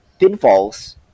pinfalls